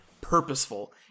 purposeful